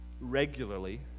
regularly